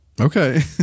Okay